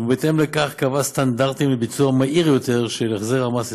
ובהתאם לכך קבעה סטנדרטים לביצוע מהיר יותר של החזר המס לשכירים.